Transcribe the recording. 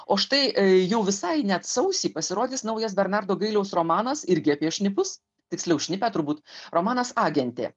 o štai jau visai net sausį pasirodys naujas bernardo gailiaus romanas irgi apie šnipus tiksliau šnipę turbūt romanas agentė